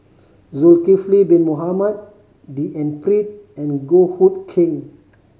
Zulkifli Bin Mohamed D N Pritt and Goh Hood Keng